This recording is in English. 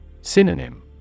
Synonym